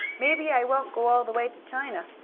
maybe i won't go all the way to china,